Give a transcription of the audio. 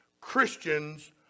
Christians